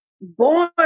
born